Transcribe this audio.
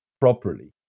properly